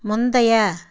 முந்தைய